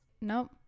Nope